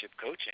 coaching